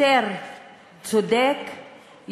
יותר צודק,